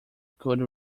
could